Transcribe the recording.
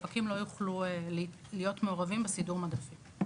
הספקים לא יוכלו להיות מעורבים בסידור מדפים.